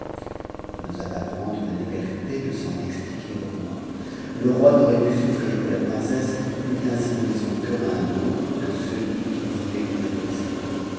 il n'osa pas prendre la liberté de s'en expliquer au roi le roi n'aurait pu souffrir que la princesse eût ainsi donne son coeur à un autre que celui qu'il voulait lui donnerde sa main